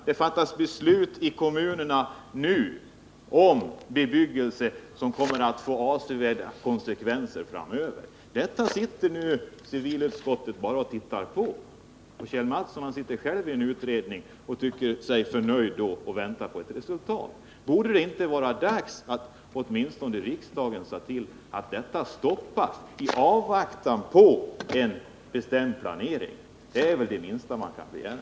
Det fattas beslut i kommunerna nu om bebyggelse som kommer att få avsevärda konsekvenser framöver. Civilutskottet sitter bara och tittar på hur detta sker. Kjell Mattsson sitter själv förnöjd i en utredning och väntar på resultat. Är det inte dags att åtminstone riksdagen säger till så att detta stoppas i avvaktan på en bestämd planering? Det är väl det minsta man kan begära.